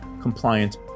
compliant